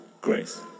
grace